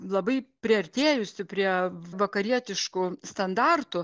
labai priartėjusį prie vakarietiškų standartų